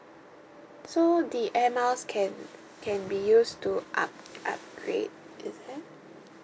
so the air miles can can be used to up~ upgrade is it